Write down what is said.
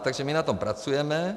Takže my na tom pracujeme.